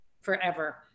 forever